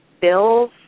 bills